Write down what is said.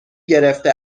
گرفته